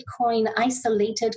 Bitcoin-isolated